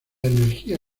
energía